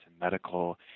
medical